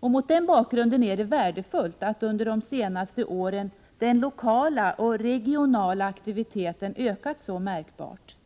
Mot den bakgrunden är det värdefullt att under de senaste åren den lokala och regionala aktiviteten ökat så märkbart.